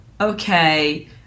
okay